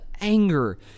anger